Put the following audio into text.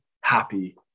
happy